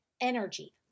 energy